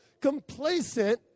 complacent